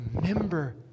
remember